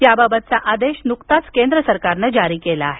याबाबतचा आदेश नुकताच केंद्र सरकारनं जारी केला आहे